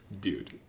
Dude